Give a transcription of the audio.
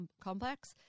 complex